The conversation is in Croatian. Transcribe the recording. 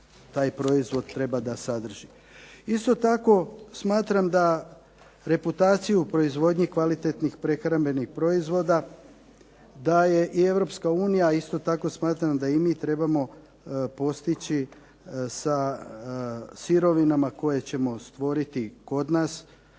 taj proizvod treba da sadrži. Isto tako, smatram da reputaciju u proizvodnji kvalitetnih prehrambenih proizvoda daje i Europska unija, a isto tako smatram da i mi trebamo postići sa sirovinama koje ćemo stvoriti kod nas,